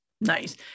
Nice